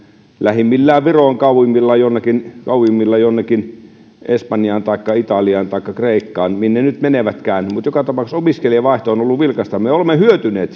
lähimmillään viroon kauimmillaan jonnekin kauimmillaan jonnekin espanjaan taikka italiaan taikka kreikkaan minne nyt menevätkään mutta joka tapauksessa opiskelijavaihto on on ollut vilkasta me olemme hyötyneet